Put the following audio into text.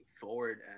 forward